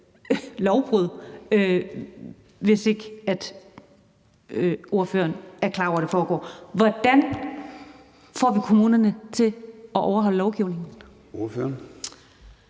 lovbrud, hvis ikke ordføreren er klar over, at det foregår. Hvordan får vi kommunerne til at overholde lovgivningen?